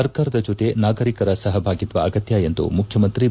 ಸರ್ಕಾರದ ಜೊತೆ ನಾಗರಿಕರ ಸಪಭಾಗಿತ್ವ ಆಗತ್ತ ಎಂದು ಮುಖ್ಯಮಂತ್ರಿ ಬಿ